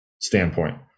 standpoint